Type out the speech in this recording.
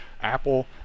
Apple